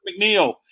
McNeil